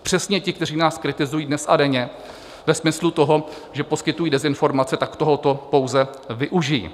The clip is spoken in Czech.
Přesně ti, kteří nás kritizují dnes a denně ve smyslu toho, že poskytují dezinformace, tak tohoto pouze využijí.